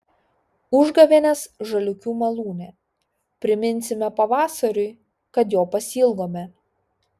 užgavėnės žaliūkių malūne priminsime pavasariui kad jo pasiilgome